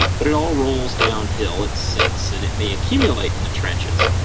but it all rolls downhill, it sinks, and it may accumulate in the trenches.